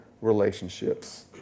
relationships